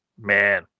Man